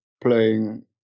playing